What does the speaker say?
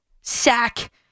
sack